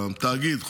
התאגיד,